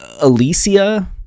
Alicia